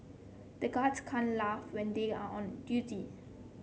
the guards can't laugh when they are on duty